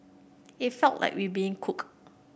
it felt like we being cooked